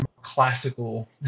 classical